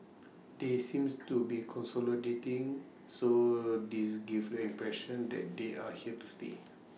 they seems to be consolidating so this gives impression that they are here to stay